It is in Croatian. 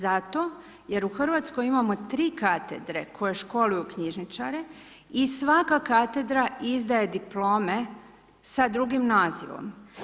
Zato jer u Hrvatskoj imamo 3 katedre koje školuju knjižničare i svaka katedra izdaje diplome sa drugim nazivom.